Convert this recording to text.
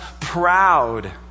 proud